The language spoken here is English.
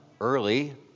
early